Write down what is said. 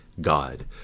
God